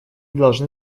должны